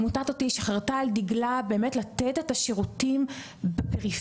עמותת "אותי" שחרטה על דגלה באמת לתת את השירותים בפריפריה,